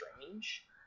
strange